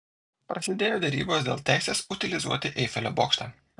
prasidėjo derybos dėl teisės utilizuoti eifelio bokštą